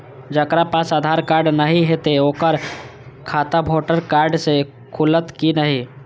जकरा पास आधार कार्ड नहीं हेते ओकर खाता वोटर कार्ड से खुलत कि नहीं?